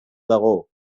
dago